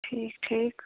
ٹھیٖک ٹھیٖک